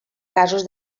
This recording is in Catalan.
casos